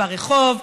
ברחוב,